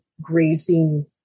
grazing